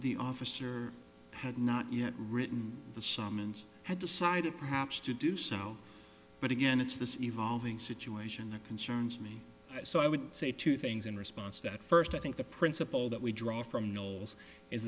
the officer had not yet written the summons had decided perhaps to do so now but again it's the evolving situation that concerns me so i would say two things in response that first i think the principle that we draw from knowles is